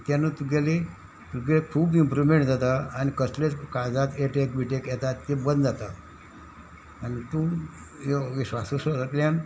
आनी तेन्ना तुगेली तुगे खूब इम्प्रूवमेंट जाता आनी कसलेच काळजांत एटॅक बिटॅक येतात ते बंद जाता आनी तूं श्वासोश्वासांतल्यान